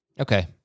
Okay